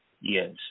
Yes